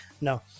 No